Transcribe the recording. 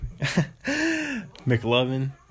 McLovin